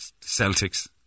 Celtics